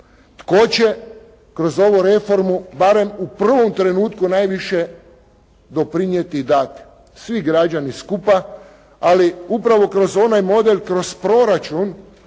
Tko će kroz ovu reformu barem u prvom trenutku najviše doprinijeti i dati? Svi građani skupa, ali upravo kroz onaj model kroz proračun